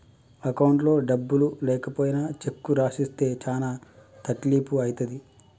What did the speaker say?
అకౌంట్లో డబ్బులు లేకపోయినా చెక్కు రాసిస్తే చానా తక్లీపు ఐతది